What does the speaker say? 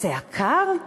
זה יקר?